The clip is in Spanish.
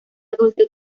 adulto